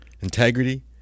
integrity